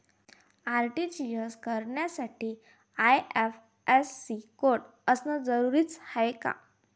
RTGS करासाठी IFSC code असनं जरुरीच हाय का?